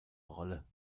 rolle